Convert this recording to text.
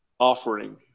offering